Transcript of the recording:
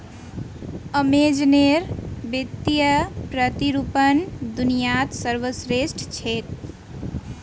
अमेज़नेर वित्तीय प्रतिरूपण दुनियात सर्वश्रेष्ठ छेक